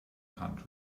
county